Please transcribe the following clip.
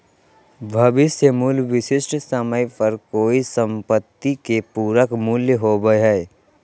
भविष्य मूल्य विशिष्ट समय पर कोय सम्पत्ति के पूरक मूल्य होबो हय